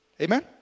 Amen